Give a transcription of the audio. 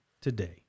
today